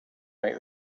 make